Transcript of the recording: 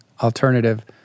alternative